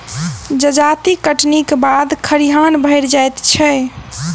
जजाति कटनीक बाद खरिहान भरि जाइत छै